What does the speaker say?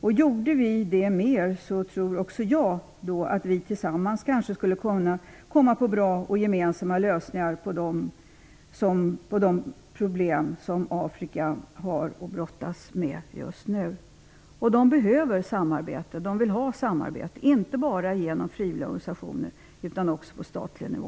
Om vi gjorde det mer tror jag att vi tillsammans kanske skulle kunna komma på bra och gemensamma lösningar på de problem som Afrika har att brottas med just nu. De behöver samarbete. De vill ha samarbete, inte bara genom frivilliga organisationer utan också på statlig nivå.